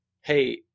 Hey